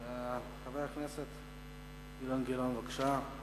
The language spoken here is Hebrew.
חבר הכנסת אילן גילאון, בבקשה.